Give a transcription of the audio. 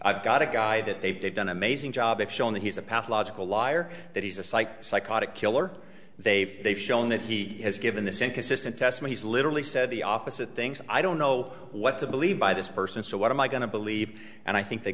i've got a guy that they've done an amazing job they've shown that he's a pathological liar that he's a psych psychotic killer they've they've shown that he has given this inconsistent test and he's literally said the opposite things i don't know what to believe by this person so what am i going to believe and i think they